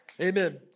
Amen